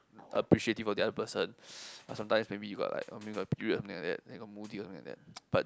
appreciative of the other person or sometimes maybe you got like uh maybe got period something like that then got moody something like that but